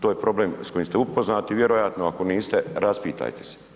To je problem s kojim ste upoznati vjerojatno, ako niste, raspitajte se.